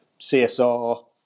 CSR